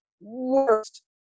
worst